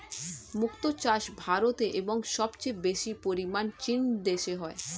মুক্ত চাষ ভারতে এবং সবচেয়ে বেশি পরিমাণ চীন দেশে হয়